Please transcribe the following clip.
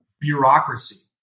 bureaucracy